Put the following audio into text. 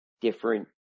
different